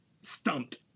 stumped